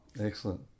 Excellent